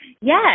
Yes